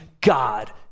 God